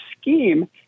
scheme